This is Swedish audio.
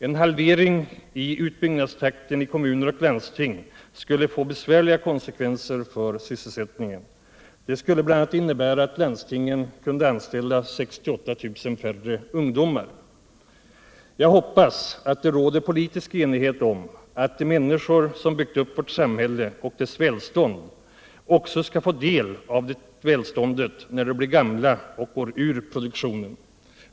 En halvering av utbyggnadstakten i kommuner och landsting skulle få besvärliga konsekvenser för sysselsättningen. Det skulle bl.a. innebära att landstingen kunde anställa 6 000-8 000 färre ungdomar. Jag hoppas att det råder politisk enighet om att de människor som byggt upp vårt samhälle och dess välstånd också skall få del av det välståndet när de blir gamla och går ut ur produktionen.